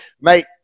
mate